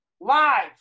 live